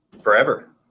forever